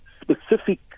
specific